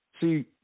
See